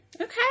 Okay